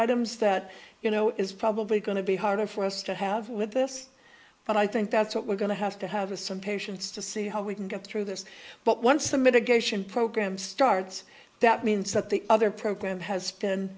items that you know is probably going to be harder for us to have with this but i think that's what we're going to have to have a some patience to see how we can get through this but once the mitigation program starts that means that the other program has been